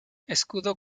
escudo